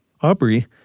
Aubrey